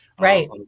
Right